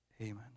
Amen